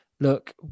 look